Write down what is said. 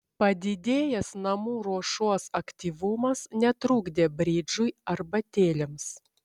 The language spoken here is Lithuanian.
padidėjęs namų ruošos aktyvumas netrukdė bridžui arbatėlėms